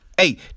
Hey